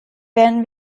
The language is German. werden